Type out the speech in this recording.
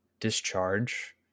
discharge